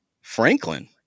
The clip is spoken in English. Franklin